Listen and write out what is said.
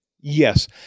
yes